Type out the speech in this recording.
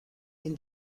این